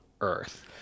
earth